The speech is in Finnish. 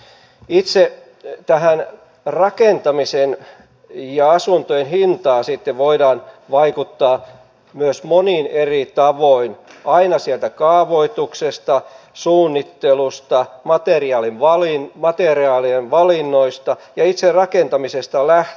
itse tähän rakentamisen ja asuntojen hintaan sitten voidaan vaikuttaa myös monin eri tavoin aina sieltä kaavoituksesta suunnittelusta materiaalien valinnoista ja itse rakentamisesta lähtien